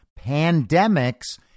pandemics